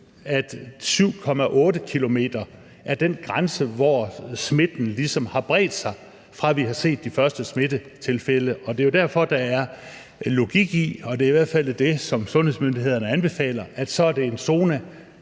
at 7,8 km er den grænse, hvortil smitten ligesom har bredt sig, fra vi har set de første smittetilfælde. Det er jo derfor, der er logik i – det er i hvert fald det, som sundhedsmyndighederne anbefaler – at det så er en zone